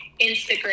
Instagram